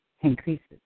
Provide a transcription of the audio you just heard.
increases